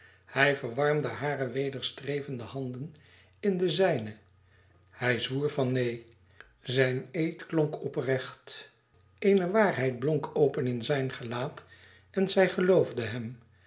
hij verwarmde hare wederstrevende handen in de zijne hij zwoer van neen zijn eed klonk oprecht eene waarheid blonk open op zijn gelaat en zij geloofde hem